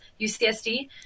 UCSD